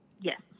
yes